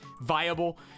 viable